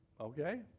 Okay